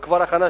וזה כבר בהכנה,